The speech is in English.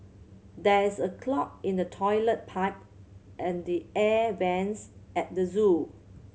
there is a clog in the toilet pipe and the air vents at the zoo